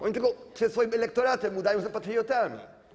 Oni tylko przed swoim elektoratem udają, że są patriotami.